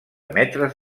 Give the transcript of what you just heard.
metres